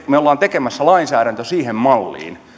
me olemme tekemässä lainsäädäntöä siihen malliin